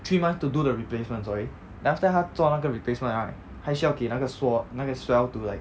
three month to do the replacements okay then after 他做那个 replacement liao right 还需要给那个 swo~ 那个 swell to like